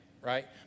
right